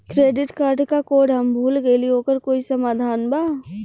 Credit card क code हम भूल गइली ओकर कोई समाधान बा?